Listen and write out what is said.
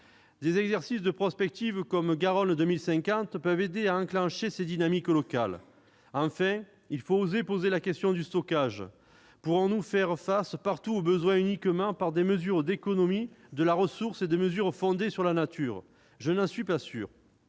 Des exercices de prospective, comme Garonne 2050, peuvent aider à enclencher ces dynamiques locales. Enfin, il faut oser poser la question du stockage. Pourrons-nous faire face partout aux besoins uniquement par des mesures d'économie de la ressource ou d'autres qui s'appuient sur la nature ? Je n'en suis pas sûr.